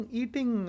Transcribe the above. eating